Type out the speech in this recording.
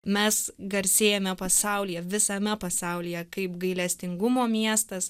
mes garsėjame pasaulyje visame pasaulyje kaip gailestingumo miestas